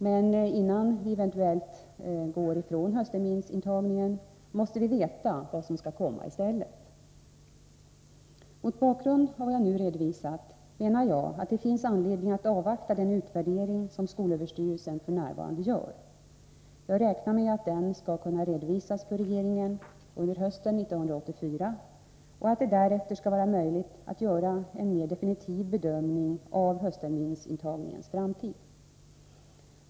Men innan vi eventuellt går ifrån höstterminsintagningen måste vi veta vad som skall komma i stället. Mot bakgrund av vad jag nu har redovisat menar jag att det finns anledning att avvakta den utvärdering som skolöverstyrelsen f.n. gör. Jag räknar med att den skall kunna redovisas för regeringen under hösten 1984 och att det därefter skall vara möjligt att göra en mera definitiv bedömning av höstterminsintagningens framtid.